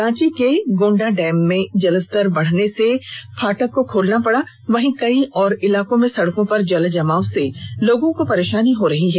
रांची के गोंडा डैम में जलस्तर बढ़ाने से फाटक को खोलना पड़ा वहीं कई और इलाकों में सड़कों पर जलजमाव से लोगों को परेशानी हो रही है